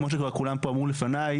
כמו שכבר כולם פה אמרו לפניי,